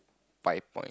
five point